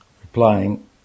Replying